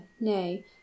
nay